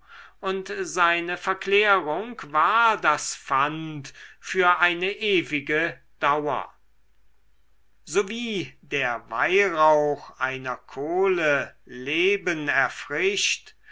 und seine verklärung war das pfand für eine ewige dauer so wie der weihrauch einer kohle leben erfrischet